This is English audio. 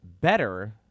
better